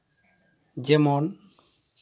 ᱡᱮᱢᱚᱱ